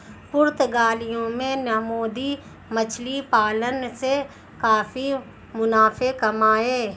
पुर्तगालियों ने मोती मछली पालन से काफी मुनाफे कमाए